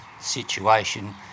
situation